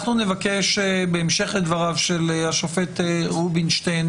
אנחנו נבקש בהמשך לדבריו של השופט רובינשטיין